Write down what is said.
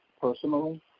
personally